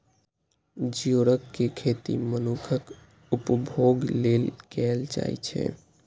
geoduck के खेती मनुक्खक उपभोग लेल कैल जाइ छै